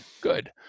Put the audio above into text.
good